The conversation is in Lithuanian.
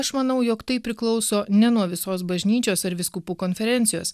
aš manau jog tai priklauso ne nuo visos bažnyčios ar vyskupų konferencijos